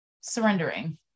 surrendering